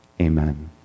Amen